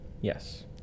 Yes